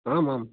आम् आम्